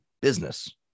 business